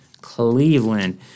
Cleveland